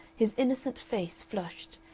his innocent face flushed,